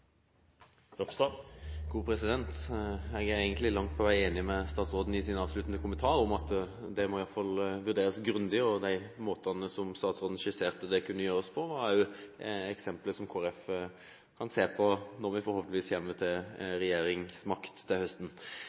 er egentlig langt på vei enig med statsråden i hans avsluttende kommentar om at det i alle fall må vurderes grundig. De måtene som statsråden skisserte at det kunne gjøres på, er jo eksempler som Kristelig Folkeparti kan se på når vi forhåpentligvis får regjeringsmakt til